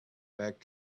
back